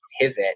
pivot